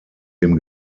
dem